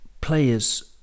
players